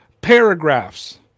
paragraphs